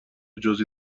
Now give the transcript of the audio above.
جزئی